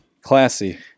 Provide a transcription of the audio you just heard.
Classy